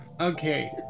Okay